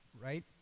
right